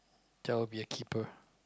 that would be a keeper